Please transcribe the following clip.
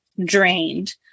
drained